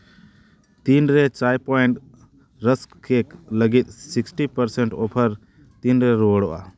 ᱛᱤᱱᱨᱮ Chai Point rusk cake ᱞᱟᱹᱜᱤᱫ sixty percent offer ᱛᱤᱱᱨᱮ ᱨᱩᱣᱟᱹᱲᱚᱜᱼᱟ